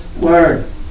word